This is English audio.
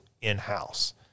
in-house